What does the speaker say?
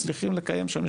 מצליחים לקיים שם,